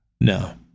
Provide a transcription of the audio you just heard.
No